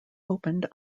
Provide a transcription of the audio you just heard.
opened